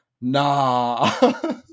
nah